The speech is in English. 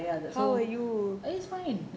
I guess fine